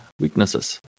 weaknesses